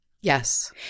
Yes